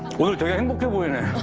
well during the